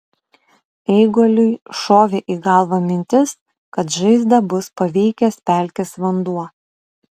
eiguliui šovė į galvą mintis kad žaizdą bus paveikęs pelkės vanduo